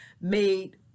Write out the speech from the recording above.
made